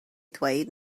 ddweud